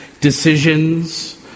decisions